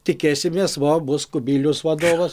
tikėsimės vuo bus kubilius vadovas